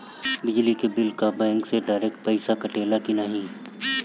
बिजली के बिल का बैंक से डिरेक्ट पइसा कटेला की नाहीं?